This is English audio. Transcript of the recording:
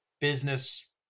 business